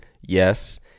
Yes